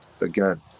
again